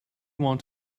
want